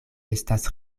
estas